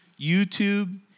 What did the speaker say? YouTube